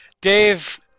Dave